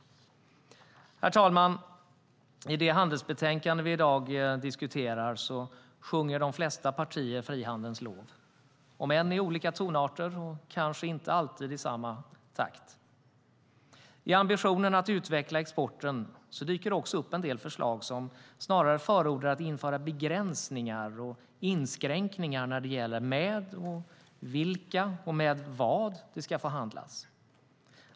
Herr talman! I det handelsbetänkande vi i dag debatterar sjunger de flesta partier frihandelns lov, om än i olika tonarter och kanske inte alltid i samma takt. I ambitionen att utveckla exporten dyker det också upp en del förslag som snarare förordar att införa begränsningar och inskränkningar när det gäller med vilka och med vad det ska få handlas.